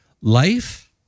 Life